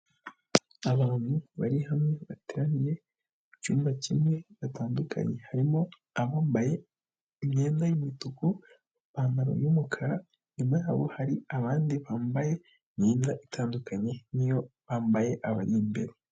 Abantu bari hamwe bateraniye mu cyumba kimwe batandukanye, harimo abambaye imyenda y'umutuku, ipantaro y'umukara, inyuma yabo hari abandi bambaye imyenda itandukanye n'iyo bambaye abari imbere.